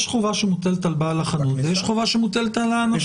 יש חובה שמוטלת על בעל החנות ויש חובה שמוטלת על האנשים.